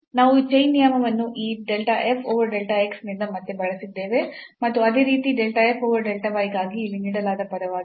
ನಾವು ಈ ಚೈನ್ ನಿಯಮವನ್ನು ಈ del f over del x ನಿಂದ ಮತ್ತೆ ಬಳಸಿದ್ದೇವೆ ಮತ್ತು ಅದೇ ರೀತಿ del f over del y ಗಾಗಿ ಇಲ್ಲಿ ನೀಡಲಾದ ಪದವಾಗಿದೆ